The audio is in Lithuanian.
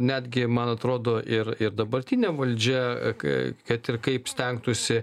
netgi man atrodo ir ir dabartinė valdžia kai kad ir kaip stengtųsi